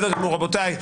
רבותיי,